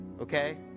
Okay